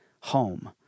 home